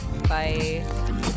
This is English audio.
Bye